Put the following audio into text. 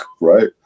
right